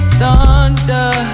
thunder